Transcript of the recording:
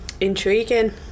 Intriguing